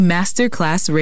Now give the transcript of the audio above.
Masterclass